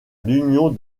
l’union